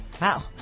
Wow